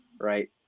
Right